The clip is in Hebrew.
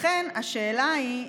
לכן השאלה היא,